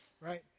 right